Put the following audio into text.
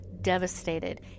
devastated